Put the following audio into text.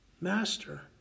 Master